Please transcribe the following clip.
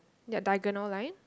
that diagonal line